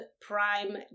Prime